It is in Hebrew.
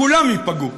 כולם ייפגעו.